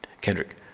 Kendrick